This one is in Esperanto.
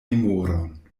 memoron